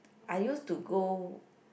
I use to go